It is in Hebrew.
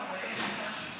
אתה לא מתבייש.